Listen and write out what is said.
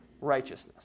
righteousness